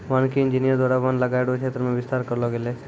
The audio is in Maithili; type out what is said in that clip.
वानिकी इंजीनियर द्वारा वन लगाय रो क्षेत्र मे बिस्तार करलो गेलो छै